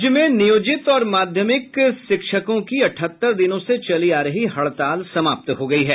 राज्य में नियोजित और माध्यमिक शिक्षकों की अटठहत्तर दिनों से चली आ रही हड़ताल समाप्त हो गयी है